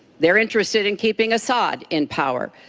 they are interested in keeping assad in power.